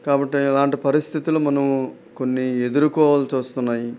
కాబట్టి అలాంటి పరిస్థితులు మనము కొన్ని ఎదుర్కోవల్సి వస్తున్నాయి